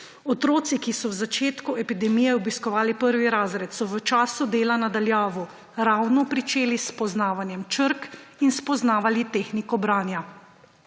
Otroci, ki so v začetku epidemije obiskovali prvi razred, so v času dela na daljavo ravno pričeli s spoznavanjem črk in spoznavali tehniko branja.